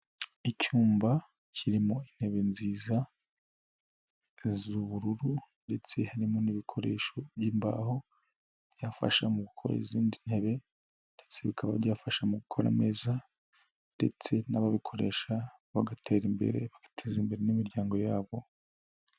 Icyumba kirimo intebe nziza z'ubururu ndetse harimo n'ibikoresho by'imbaho, byafasha mu gukora izindi ntebe ndetse bikaba byafasha mu gukora neza ndetse n'ababikoresha bagatera imbere bagateza imbere n'imiryango yabo.